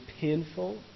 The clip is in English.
painful